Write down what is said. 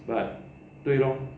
but 对咯